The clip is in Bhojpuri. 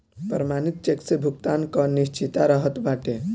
प्रमाणित चेक से भुगतान कअ निश्चितता रहत बाटे